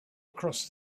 across